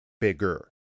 bigger